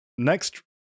Next